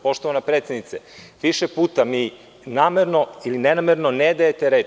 Poštovana predsednice, više puta mi namerno ili nenamerno ne dajete reč.